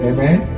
Amen